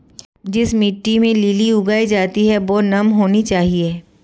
जिस मिट्टी में लिली उगाई जाती है वह नम होनी चाहिए